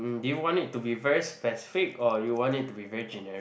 mm do you want it to be very specific or you want it to be very generic